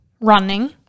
running